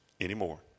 anymore